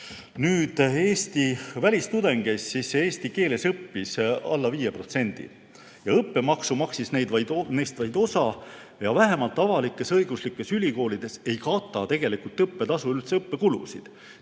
Eesti välistudengeist eesti keeles õppis alla 5% ja õppemaksu maksis neist vaid osa. Vähemalt avalik-õiguslikes ülikoolides ei kata tegelikult õppetasu üldse õppekulusid.